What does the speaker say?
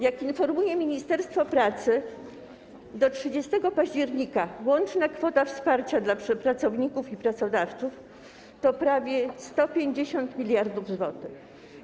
Jak informuje ministerstwo pracy, do 30 października łączna kwota wsparcia dla pracowników i pracodawców to prawie 150 mld zł.